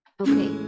Okay